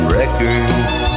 records